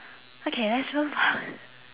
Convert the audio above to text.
okay let's move on